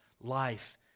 life